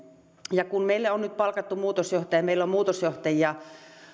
ja kun meille on nyt palkattu muutosjohtajia meillä on muutosjohtajia